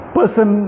person